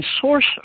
source